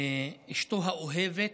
אשתו האוהבת,